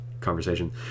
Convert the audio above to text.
conversation